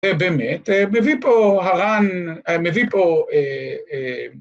זה באמת, מביא פה הרן, מביא פה